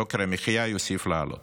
יוקר המחיה יוסיף לעלות.